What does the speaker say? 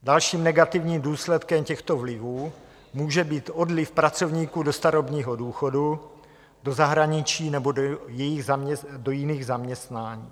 Dalším negativním důsledkem těchto vlivů může být odliv pracovníků do starobního důchodu, do zahraničí nebo do jiných zaměstnání.